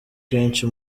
kenshi